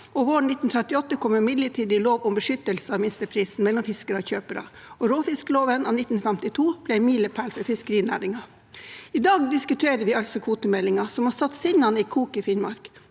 1938 kom en midlertidig lov om beskyttelse av minsteprisen mellom fiskere og kjøpere, og råfiskloven av 1952 ble en milepæl for fiskerinæringen. I dag diskuterer vi altså kvotemeldingen, som har satt sinnene i kok i Finnmark,